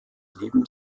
neben